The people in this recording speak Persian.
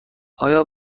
آیا